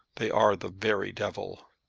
they are the very devil!